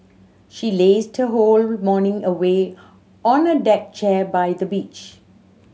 she lazed her whole morning away on a deck chair by the beach